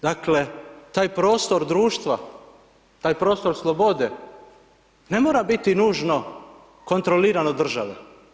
Dakle, taj prostor društva, taj prostor slobode, ne mora biti nužno kontroliran od države.